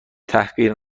تحقیر